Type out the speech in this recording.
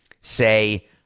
say